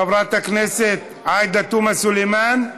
חברת הכנסת עאידה תומא סלימאן,